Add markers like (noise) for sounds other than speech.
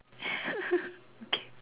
(laughs) okay